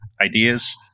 ideas